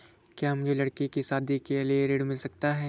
क्या मुझे लडकी की शादी के लिए ऋण मिल सकता है?